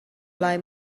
lai